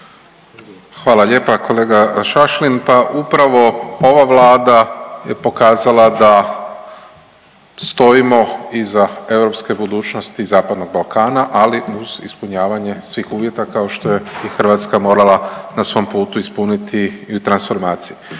Hvala lijepo kolega Šašlin. Pa upravo ova Vlada je pokazala da stojimo iza europske budućnosti zapadnog Balkana, ali uz ispunjavanje svih uvjeta, kao što je i Hrvatska morala na svom putu ispuniti i u transformaciji.